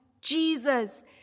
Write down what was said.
jesus